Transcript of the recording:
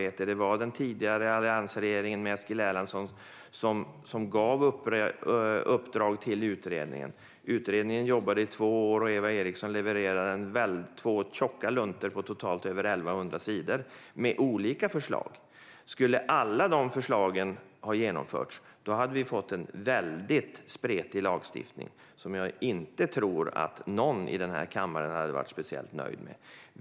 Det var Eskil Erlandsson i den tidigare alliansregeringen som gav uppdrag till utredningen. Utredningen jobbade i två år, och Eva Eriksson levererade två tjocka luntor på totalt över 1 100 sidor med olika förslag. Skulle alla dessa förslag ha genomförts hade vi fått en väldigt spretig lagstiftning, som jag inte tror att någon i den här kammaren hade varit speciellt nöjd med.